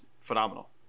phenomenal